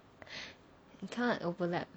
kind of overlap